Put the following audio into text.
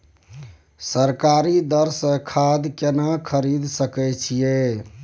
सरकारी दर से खाद केना खरीद सकै छिये?